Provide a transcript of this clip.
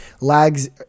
lags